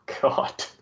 God